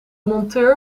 monteur